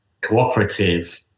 cooperative